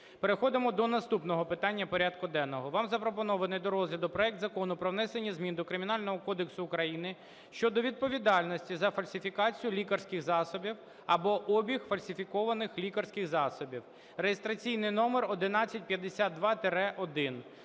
Переходимо до наступного питання порядку денного. Вам запропонований до розгляду проект Закону про внесення змін до Кримінального кодексу України щодо відповідальності за фальсифікацію лікарських засобів або обіг фальсифікованих лікарських засобів (реєстраційний номер 1152-1).